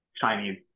Chinese